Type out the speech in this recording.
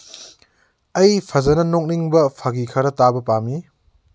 ꯑꯩ ꯐꯖꯅ ꯅꯣꯛꯅꯤꯡꯕ ꯐꯥꯒꯤ ꯈꯔ ꯇꯥꯕ ꯄꯥꯝꯃꯤ